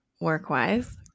work-wise